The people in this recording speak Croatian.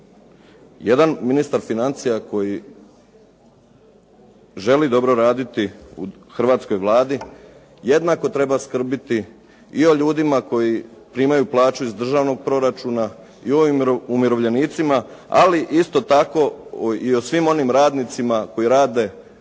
Jedan ministar financija koji želi dobro raditi u hrvatskoj Vladi, jednako treba skrbiti i o ljudima koji primaju plaću iz državnog proračuna i ovim umirovljenicima, ali isto tako i o svim onim radnicima koji rade u privatnim